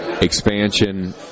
expansion